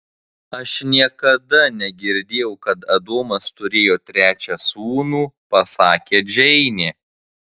aš niekada negirdėjau kad adomas turėjo trečią sūnų pasakė džeinė